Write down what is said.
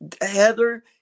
Heather